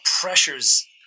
pressures